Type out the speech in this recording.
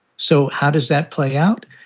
so how does that play out?